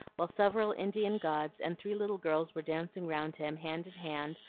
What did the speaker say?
while several indian gods and three little girls were dancing round him, hand in hand,